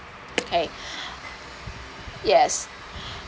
okay yes